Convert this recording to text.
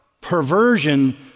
perversion